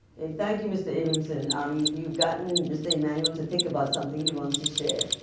thank you, mr. abramson. i mean you've gotten mr. emanuel to think about something he wants to share.